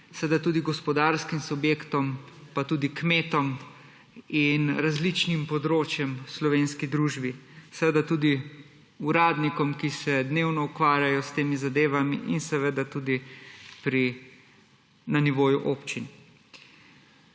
seveda tudi gospodarskim subjektom, pa tudi kmetom in različnim področjem v slovenski družbi, seveda tudi uradnikom, ki se dnevno ukvarjajo s temi zadevami in seveda tudi na nivoju občin.